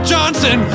Johnson